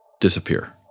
disappear